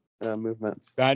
movements